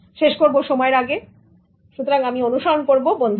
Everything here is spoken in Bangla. এবং শেষ করবো সময়ের আগে সুতরাং আমি অনুসরণ করব বন্ধুদের